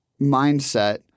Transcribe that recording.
mindset